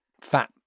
fat